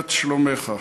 סוכת שלומך,